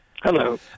Hello